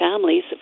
families